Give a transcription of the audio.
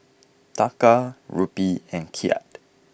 Taka Rupee and Kyat